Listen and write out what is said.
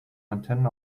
antennen